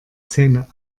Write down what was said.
zähne